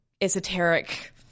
esoteric